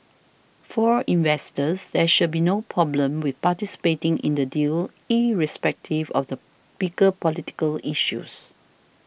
for investors there should be no problem with participating in the deal irrespective of the bigger political issues